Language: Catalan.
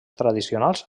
tradicionals